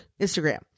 Instagram